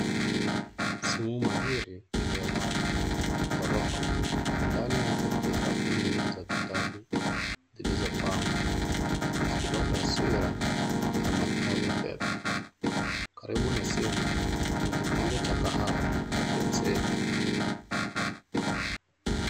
Simu mahiri iliyolala. Gorofa na ndani yake kuna rafu nyingi za vitabu zilizopangwa zikitoa taswira ya maktaba pepe. Karibu na simu, kuna simu kuna kikombe cha kahawa na penseli.